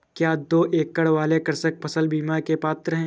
क्या दो एकड़ वाले कृषक फसल बीमा के पात्र हैं?